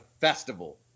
festival